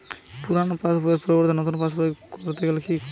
পুরানো পাশবইয়ের পরিবর্তে নতুন পাশবই ক রতে গেলে কি কি করতে হবে?